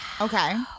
okay